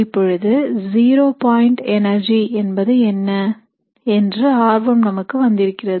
இப்பொழுது zero point energy என்பது என்ன என்ற ஆர்வம் நமக்கு வந்திருக்கிறது